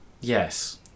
Yes